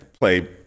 play